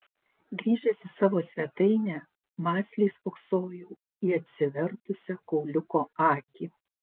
grįžęs į savo svetainę mąsliai spoksojau į atsivertusią kauliuko akį